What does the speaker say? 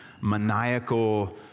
maniacal